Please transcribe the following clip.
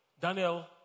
Daniel